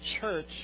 church